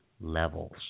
levels